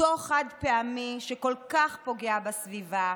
אותו חד-פעמי שכל כך פוגע בסביבה,